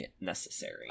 necessary